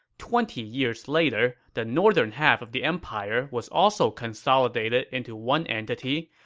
twenty years later, the northern half of the empire was also consolidated into one entity,